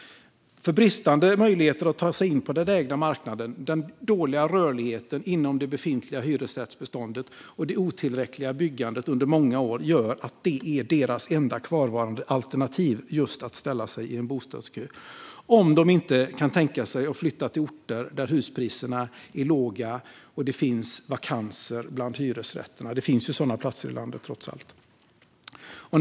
Bristande möjligheter att ta sig in på den ägda marknaden, den dåliga rörligheten inom det befintliga hyresrättbeståndet och det otillräckliga byggandet under många år gör att just att ställa sig i en bostadskö är deras enda kvarvarande alternativ. Det gäller om de inte kan tänka sig att flytta till orter där huspriserna är låga och det finns vakanser bland hyresrätterna. Det finns trots allt sådana platser i landet.